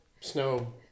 snow